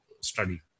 study